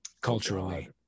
culturally